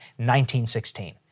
1916